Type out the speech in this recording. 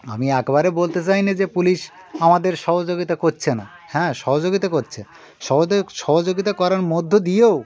আমি একবারে বলতে চাই না যে পুলিশ আমাদের সহযোগিতা করছে না হ্যাঁ সহযোগিতা করছে সহযোগিতা করার মধ্য দিয়েও